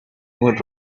mood